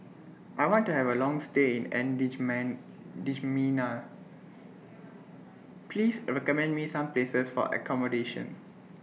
I want to Have A Long stay in N D G Man N'Djamena Please recommend Me Some Places For accommodation